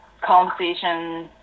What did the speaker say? conversation